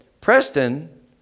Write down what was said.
Preston